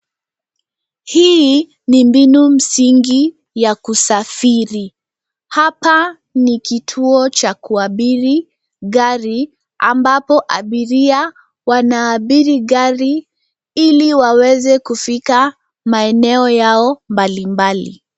Hii ni mbinu msingi ya kusafiri. Hapa ni kituo cha kuabiri gari ambapo abiria wanaabiri gari ili waweze kufika maeneo yao mbalimbali.